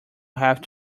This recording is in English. have